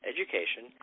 education